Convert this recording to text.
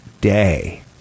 day